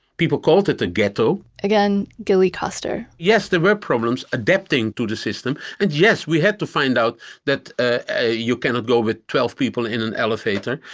people called it the ghetto again, guilly koster yes, there were problems adapting to the system and yes, we had to find out that ah you cannot go with twelve people in an elevator,